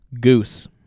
Goose